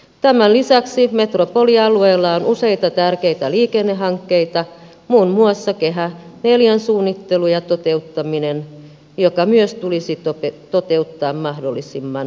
tämän lisäksi metropolialueella on useita tärkeitä liikennehankkeita muun muassa kehä ivn suunnittelu ja toteuttaminen joka myös tulisi toteuttaa mahdollisimman pikaisesti